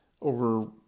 over